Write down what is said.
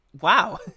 wow